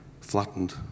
flattened